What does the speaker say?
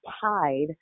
tied